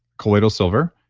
colloidal silver.